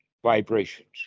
Vibrations